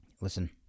listen